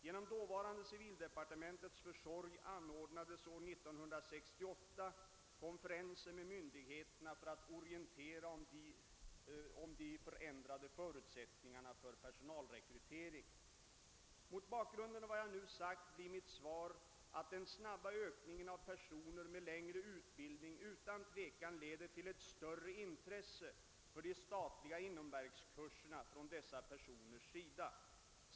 Genom dåvarande civildepartementets försorg anordnades år 1968 konferenser med myndigheterna för att orientera om de förändrade förutsättningarna för personalrekrytering. Mot bakgrund av vad jag nu sagt blir mitt svar att den snabba ökningen av personer med längre utbildning utan tvivel leder till ett större intresse för de statliga inomverkskurserna från dessa personers sida.